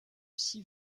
six